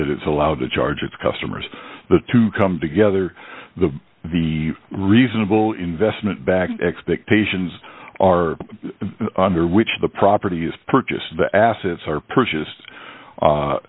that it's allowed to charge its customers to come together the the reasonable investment back expectations are under which the property is purchased the assets are purchase